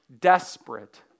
desperate